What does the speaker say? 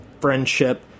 friendship